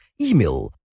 email